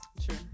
Sure